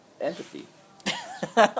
empathy